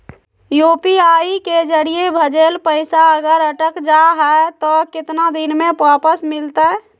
UPI के जरिए भजेल पैसा अगर अटक जा है तो कितना दिन में वापस मिलते?